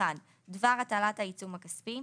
דבר הטלת העיצום הכספי.